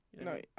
No